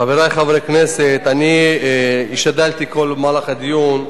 חברי חברי הכנסת, אני השתדלתי בכל מהלך הדיון,